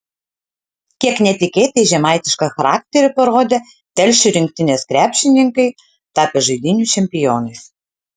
kiek netikėtai žemaitišką charakterį parodė telšių rinktinės krepšininkai tapę žaidynių čempionais